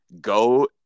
go